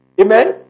Amen